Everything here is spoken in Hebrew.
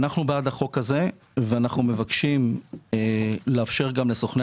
אנחנו בעד החוק הזה ואנחנו מבקשים לאפשר גם לסוכני